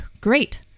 great